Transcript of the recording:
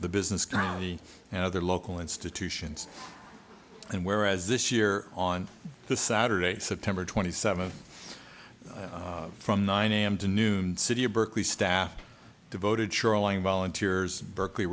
the business county and other local institutions and whereas this year on this saturday september twenty seventh from nine a m to noon city of berkeley staff devoted shoreline volunteers berkeley